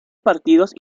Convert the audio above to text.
partidos